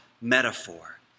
metaphor